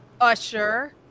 Usher